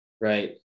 Right